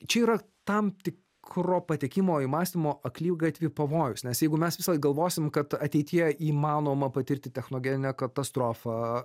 čia yra tam tikro patekimo į mąstymo akligatvį pavojus nes jeigu mes visąlaik galvosim kad ateityje įmanoma patirti technogeninę katastrofą